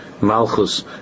Malchus